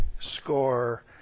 score